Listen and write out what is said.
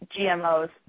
GMOs